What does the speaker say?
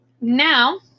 now